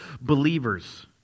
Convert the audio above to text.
believers